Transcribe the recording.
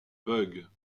bugs